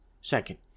Second